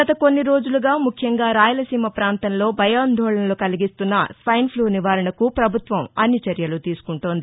గత కొన్ని రోజులుగా ముఖ్యంగా రాయలసీమ ప్రాంతంలో భయాందోళనలు కలిగిస్తున్న స్ట్వెన్ ఫ్లూ నివారణకు ప్రభుత్వం అన్ని చర్యలు తీసుకుంటోంది